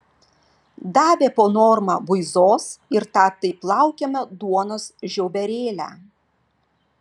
davė po normą buizos ir tą taip laukiamą duonos žiauberėlę